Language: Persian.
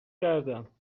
کردم